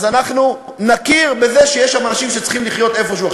אז אנחנו נכיר בזה שיש שם אנשים שצריכים לחיות איפשהו.